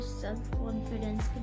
Self-confidence